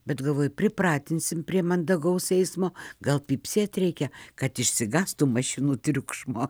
bet galvoju pripratinsim prie mandagaus eismo gal pypsėt reikia kad išsigąstų mašinų triukšmo